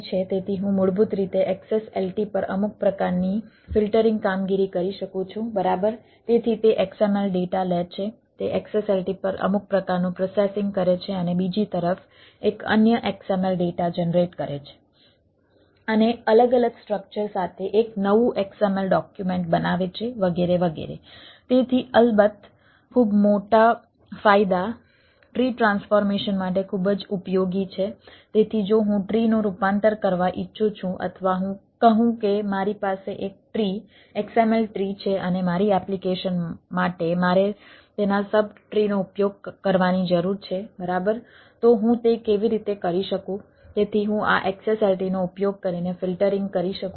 તેથી હું મૂળભૂત રીતે XSLT પર અમુક પ્રકારની ફિલ્ટરિંગ કરી શકું છું